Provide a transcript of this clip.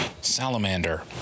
salamander